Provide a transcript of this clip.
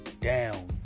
down